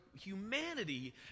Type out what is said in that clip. humanity